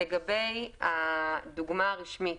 לגבי "דוגמה רשמית",